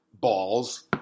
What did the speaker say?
balls